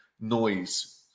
noise